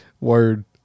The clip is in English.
Word